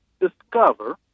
discover